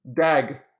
Dag